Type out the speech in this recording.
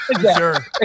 Sure